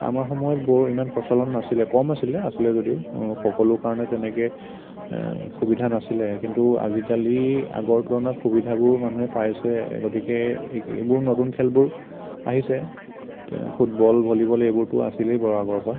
আমাৰ সময়ত বৰ ইমান প্ৰচলন নাছিলে কম আছিলে আছিলে যদিও সকলো কাৰণে তেনেকৈ সুবিধা নাছিলে কিন্তু আজিকালি আগৰ তুলনাত সুবিধাবোৰো মানুহে পাইছে গতিকে এই এইবোৰ নতুন খেলবোৰ আহিছে এতিয়া ফুটবল ভলীবল এইবোৰতো আছিলেই বাৰু আগৰ পৰা